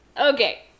Okay